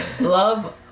love